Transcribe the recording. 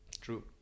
True